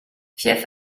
fief